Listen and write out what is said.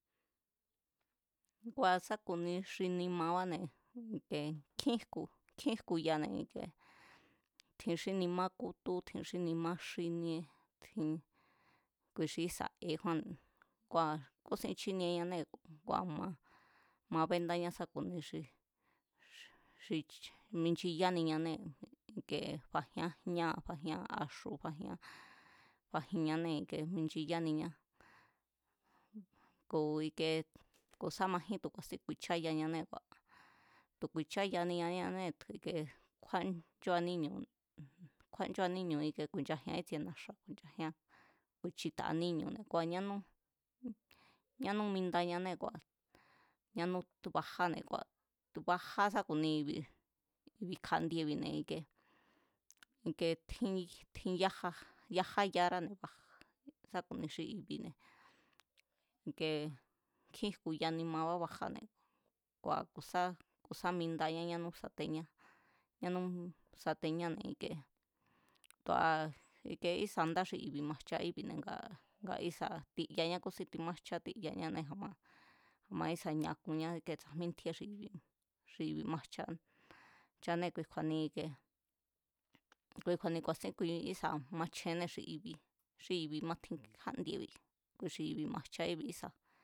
Ngua̱ sa ku̱ni xi nimabáne̱ i̱ke nkjín jku̱, nkjín jku̱yane̱ ike, tjin xí nima kútu̱ tjin xí nima xíníé tjin, kui xi ísa̱ ekjúánne̱ kua̱ kúsin chínieñanée̱, ma bendañá sa ku̱ni xi, xi minchiyániñanée̱ i̱kee fajián jñáa̱ fajián axu̱ fajián, fajinñanée̱ minchiyaniñá ku̱ ikee ku̱ sá majín tu̱ ku̱a̱sín ku̱i̱cháyañanée̱ kua̱, tu̱ ku̱i̱cháyaniñanée̱, kjúánchúa níñu̱, kjúánchúa níñu̱ ku̱i̱ncha jian ítsie na̱xa̱ ku̱i̱nchajiá, ku̱i̱chitaa níñu̱ne̱ kua̱ ñánú, ñánú mindañanée̱ kua̱ ñánú bajáne̱ kua̱ tu̱ bajá sa ku̱ni i̱bi̱, i̱bi̱ kja̱ndiebi̱ne̱ ikiee, ikee tjin yájá, yaja yaráne̱ kua̱ sá ku̱ni xi i̱bi̱ne̱ ike nkjín jku̱ya nimbá bajáne̱ kua̱ ku̱sá ku̱ sá mindañá ñánú sateñá, ñanú sateñáne̱ ikie tu̱a ísa̱ndá xi i̱ḇi̱ majcha íbi̱ne̱ ngaa nga ísa̱ tiyañá kúsín timajchá tiyañané a̱ma, a̱ma ísa̱ ñaa̱kunña tsajmí ntjíé xi i̱bi̱ xi i̱bi̱ majcha, jchanée̱, kui kju̱a̱ni i̱kie kui kju̱a̱ni ku̱a̱sín ísa̱ machjenné xi i̱bi̱ xi i̱bi̱ matjin kjándiebi̱ ku̱ xi i̱bi̱ majcha íbi̱ ísa̱